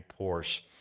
Porsche